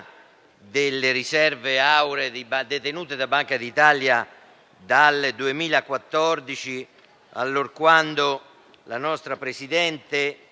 delle riserve auree detenute dalla Banca d'Italia dal 2014, allorquando il partito della nostra Presidente